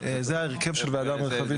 זה ההרכב של וועדה מרחבית.